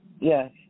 Yes